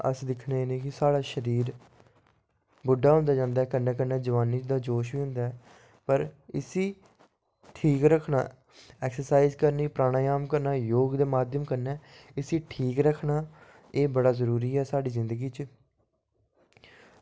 अस दिक्खने कि साढ़ा शरीर बुड्ढा होंदा जंदा कन्नै कन्नै जोआनी दा जोश बी होंदा पर इसी ठीक रक्खना एक्सरसाईज़ करनी प्रणायम करना योग दे माध्यम कन्नै इसी ठीक रक्खना एह् बड़ा जरूरी ऐ साढ़ी जिंदगी बिच